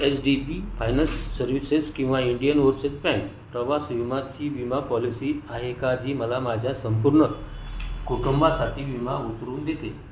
H D B finance services किंवा Indian overseas bank प्रवास विमाची विमा पॉलिसी आहे का जी मला माझ्या संपूर्ण कुटुंबासाठी विमा उतरवून देते